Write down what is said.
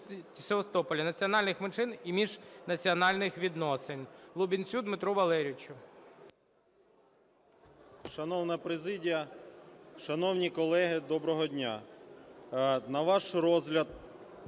національних меншин і міжнаціональних відносин.